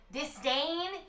disdain